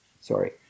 Sorry